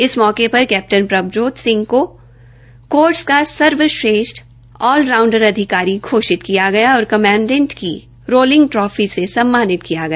इस मौके पर कैप्टन प्रभजोत सिंह ने कोर्स का सर्वश्रेष्ठ ऑल राउंडर अधिकारी घोषित किया गया और कमांडेंट की रोलिंग ट्रॉफी से सम्मानित किया गया